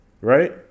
right